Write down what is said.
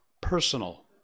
personal